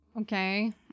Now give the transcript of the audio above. Okay